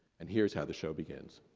and here's how the show begins.